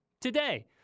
today